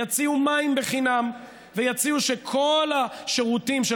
יציעו מים חינם ויציעו שכל השירותים של